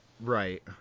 Right